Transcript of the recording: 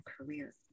career